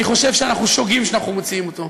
אני חושב שאנחנו שוגים כשאנחנו מוציאים אותו.